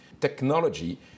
Technology